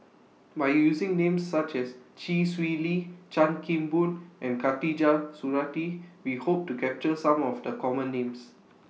By using Names such as Chee Swee Lee Chan Kim Boon and Khatijah Surattee We Hope to capture Some of The Common Names